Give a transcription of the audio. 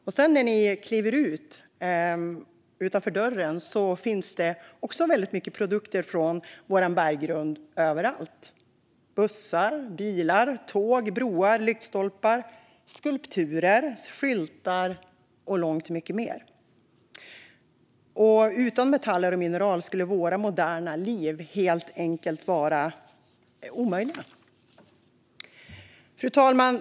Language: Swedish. Och när ni sedan kliver utanför dörren finns det också väldigt mycket produkter från vår berggrund överallt: bussar, bilar, tåg, broar, lyktstolpar, skulpturer, skyltar och långt mycket mer. Utan metaller och mineral skulle vårt moderna liv helt enkelt vara omöjligt. Fru talman!